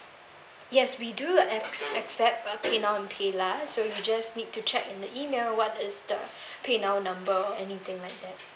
yes we do acc~ accept uh paynow and paylah so you just need to check in the email what is the paynow number or anything like that